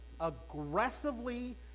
aggressively